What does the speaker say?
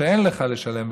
שאין לך לשלם,